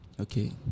Okay